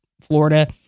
Florida